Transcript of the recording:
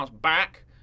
back